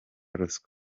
ruswa